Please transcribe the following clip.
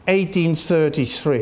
1833